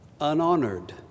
unhonored